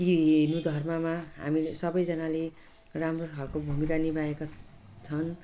कि हिन्दू धर्ममा हामीले सबैजनाले राम्रो खालको भूमिका निभाएका छन्